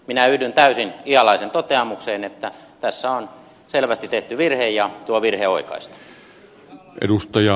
minä yhdyn täysin ihalaisen toteamukseen että tässä on selvästi tehty virhe ja tuo virhe oikaistaan